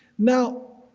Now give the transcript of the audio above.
now,